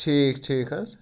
ٹھیٖک ٹھیٖک حظ